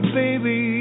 baby